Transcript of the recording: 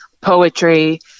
poetry